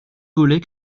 volets